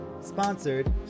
sponsored